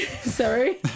Sorry